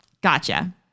Gotcha